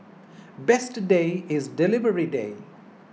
best day is delivery day